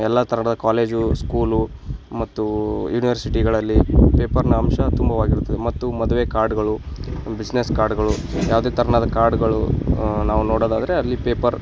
ಎಲ್ಲ ಥರದ college school ಮತ್ತು ಯೂನಿವರ್ಸಿಟಿಗಳಲ್ಲಿ ಪೇಪರ್ನ ಅಂಶ ತುಂಬವಾಗಿರುತ್ತದೆ ಮತ್ತು ಮದುವೆ ಕಾರ್ಡ್ಗಳು ಬಿಸ್ನೆಸ್ ಕಾರ್ಡ್ಗಳು ಯಾವುದೇ ತೆರ್ನಾದ ಕಾರ್ಡುಗಳು ನಾವು ನೋಡೋದಾದರೆ ಅಲ್ಲಿ ಪೇಪರ್